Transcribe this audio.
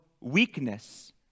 weakness